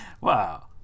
wow